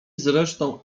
zresztą